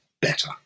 better